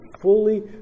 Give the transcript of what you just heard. fully